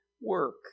work